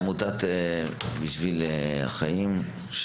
עמותת בשביל החיים,